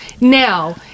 Now